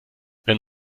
wenn